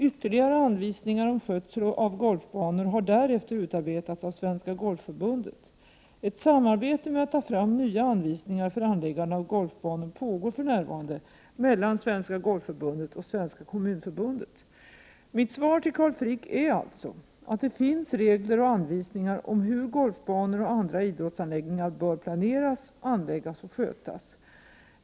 Ytterligare anvisningar om skötsel av golfbanor har därefter utarbetats av Svenska Golfförbundet. Ett samarbete med att ta fram nya anvisningar för anläggande av golfbanor pågår för närvarande mellan Svenska Golfförbundet och Svenska kommunförbundet. Mitt svar till Carl Frick är alltså att det finns regler och anvisningar om hur golfbanor och andra idrottsanläggningar bör planeras, anläggas och skötas.